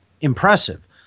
impressive